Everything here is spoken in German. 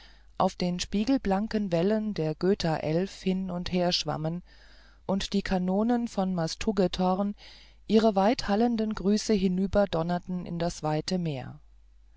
auf den spiegelblanken wellen der göthaelf hin und her schwammen und die kanonen von masthuggetorg ihre weithallenden grüße hinüberdonnerten in das weite meer